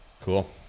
Cool